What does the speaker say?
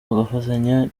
bagafatanya